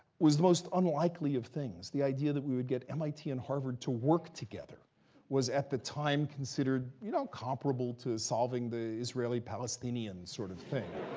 was the most unlikely of things. the idea that we would get mit and harvard to work together was, at the time, considered, you know, comparable to solving the israeli-palestinian sort of thing.